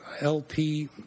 LP